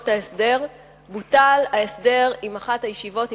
ההסדר בוטל ההסדר עם אחת הישיבות,